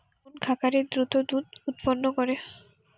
কোন খাকারে দ্রুত দুধ উৎপন্ন করে?